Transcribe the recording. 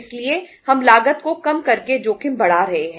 इसलिए हम लागत को कम करके जोखिम बढ़ा रहे हैं